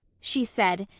she said,